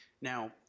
Now